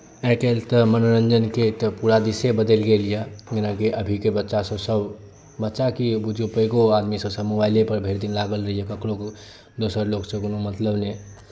आइकाल्हि तऽ मनोरञ्जनके तऽ पूरा दृश्ये बदलि गेल यए जेनाकि अभीके बच्चासभ सभ बच्चा की बुझू जे पैघो आदमीसभ सभ मोबाइलेपर भरि दिन लागल रहैए ककरो दोसर लोकसँ कोनो मतलब नहि